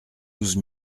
douze